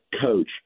coach